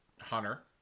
Hunter